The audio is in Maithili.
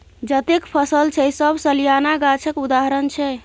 जतेक फसल छै सब सलियाना गाछक उदाहरण छै